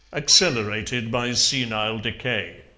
accelerated by senile decay.